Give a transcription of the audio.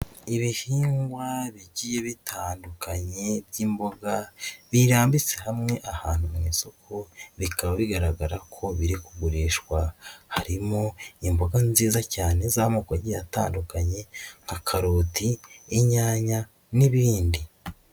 Ibihingwa bigiye bitandukanye by'imboga birambitse hamwe ahantu mu isoko bikaba bigaragara ko biri kugurishwa. Harimo imboga nziza cyane z'amoko agiye atandukanye nka karoti, inyanya n'ibindi.